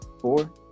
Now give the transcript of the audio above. Four